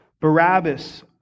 Barabbas